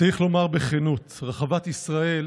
צריך לומר בכנות, רחבת ישראל